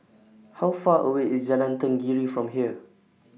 How Far away IS Jalan Tenggiri from here